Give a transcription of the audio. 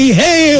hey